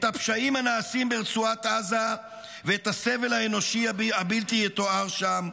את הפשעים הנעשים ברצועת עזה ואת הסבל האנוש׳ הבלתי-יתואר שם,